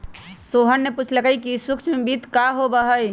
सोहन ने पूछल कई कि सूक्ष्म वित्त का होबा हई?